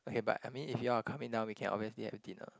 okay but I mean if you all are coming down we can obviously have dinner